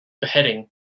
beheading